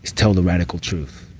tell the radical truth,